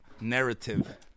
narrative